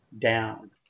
down